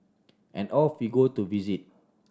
and off we go to visit